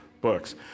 books